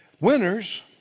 Winners